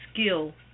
skill